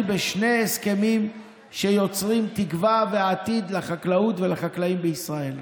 בשני הסכמים שיוצרים תקווה ועתיד לחקלאות ולחקלאים בישראל.